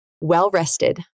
well-rested